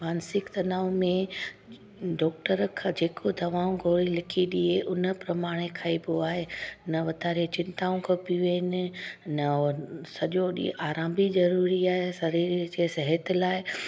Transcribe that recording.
मानसिक तनाउ में डॉक्टर खां जेको दवाऊं गोरी लिखी ॾिए उन प्रमाणे खाइॿो आहे न वधारे चिंताऊं कबियूं आहिनि न सॼो ॾींहुं आराम बि ज़रूरी आहे शरीर जे सिहत लाइ